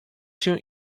się